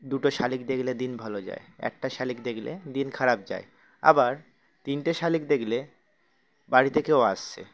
দুটো শালিক দেখলে দিন ভালো যায় একটা শালিক দেখলে দিন খারাপ যায় আবার তিনটে শালিক দেখলে বাড়িতে কেউ আসছে